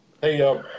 Hey